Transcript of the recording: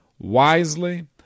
wisely